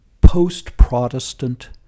post-Protestant